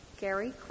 Gary